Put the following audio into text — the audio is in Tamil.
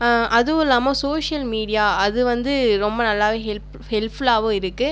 அதுவும் இல்லாமல் சோசியல் மீடியா அது வந்து ரொம்ப நல்லாவே ஹெல்ப் ஹெல்ப்ஃபுல்லாகவும் இருக்குது